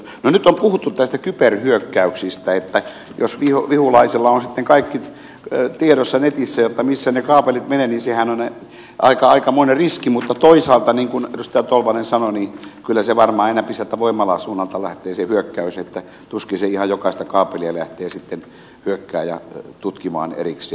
no nyt on puhuttu kyberhyökkäyksistä että jos vihulaisella on sitten kaikki tiedossa netissä missä ne kaapelit menevät niin sehän on aikamoinen riski mutta toisaalta niin kuin edustaja tolvanen sanoi kyllä se varmaan enempi sieltä voimalan suunnalta lähtee se hyökkäys että tuskin ihan jokaista kaapelia lähtee sitten hyökkääjä tutkimaan erikseen